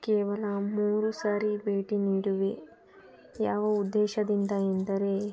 ಕೇವಲ ಮೂರು ಸಾರಿ ಭೇಟಿ ನೀಡುವೆ ಯಾವ ಉದ್ದೇಶದಿಂದ ಎಂದರೆ